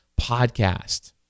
podcast